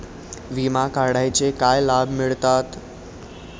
विमा काढण्याचे काय लाभ मिळतात?